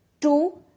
Two